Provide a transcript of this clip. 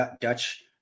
Dutch